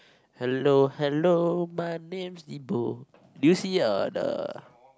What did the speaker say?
hello hello my name is Nibu did you see uh the